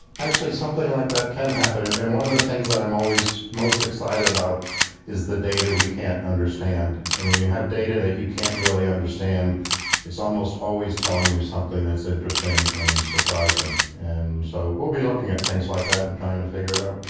actually, something like that can happen, and and one of the things that i'm always most excited about is the data we can't understand, and when you have data that you can't really understand it's almost always telling you something that's interesting and surprising. so we'll be looking at things like that and trying to figure it out.